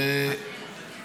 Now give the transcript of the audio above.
לא, הוא יודע את זה.